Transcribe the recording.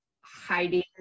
hiding